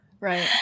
Right